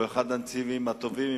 והוא אחד הנציבים הטובים,